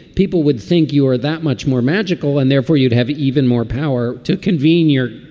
people would think you're that much more magical and therefore you'd have even more power to convene your